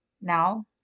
now